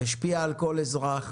השפיעה על כל אזרח.